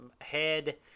head